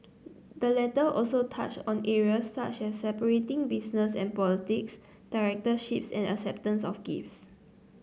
the letter also touched on areas such as separating business and politics directorships and acceptance of gifts